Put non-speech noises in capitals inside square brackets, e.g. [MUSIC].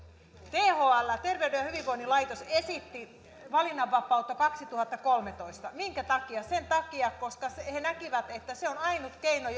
thl terveyden ja hyvinvoinnin laitos esitti valinnanvapautta kaksituhattakolmetoista minkä takia sen takia koska he näkivät että se on ainut keino [UNINTELLIGIBLE]